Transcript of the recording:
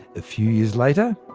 a few years later,